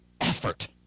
effort